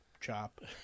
Chop